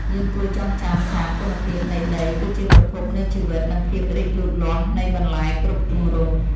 យើងគួរចងចាំថាគុណភាពនៃដីគឺជាប្រភពនៃជីវិត និងភាពរីកលូតលាស់នៃបន្លែគ្រប់ទម្រង់។